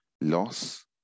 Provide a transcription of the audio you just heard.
loss